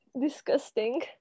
disgusting